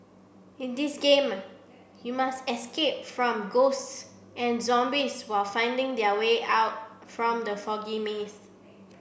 in this game you must escape from ghosts and zombies while finding the way out from the foggy maze